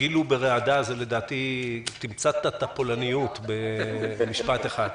"בגיל וברעדה" לדעתי זה תמצות של הפולניוּת במשפט אחד.